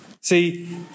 See